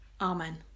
Amen